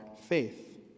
faith